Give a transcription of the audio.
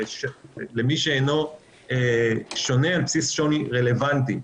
למי שאינו שונה על בסיס שוני רלוונטי.